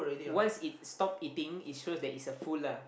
once it stop eating it shows that it's a full lah